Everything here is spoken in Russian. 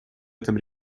этом